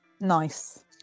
Nice